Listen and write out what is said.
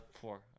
four